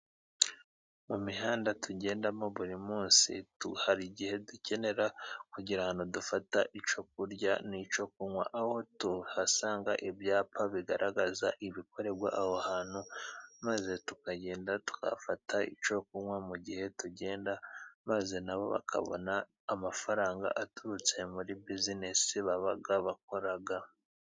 Mu mihanda tujyendamo buri munsi, hari igihe ducyenera kugira ahantu dufata icyo kurya n'icyo kunywa. Aho tuhasanga ibyapa bigaragaza ibikorerwa aho hantu, maze tukagenda tugafata icyo kunywa mu gihe tugenda maze nabo bakabona amafaranga aba aturutse muri bizinesi baba bakora.